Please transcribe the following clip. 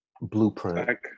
blueprint